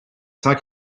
cent